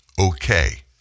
okay